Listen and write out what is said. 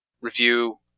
review